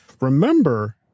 remember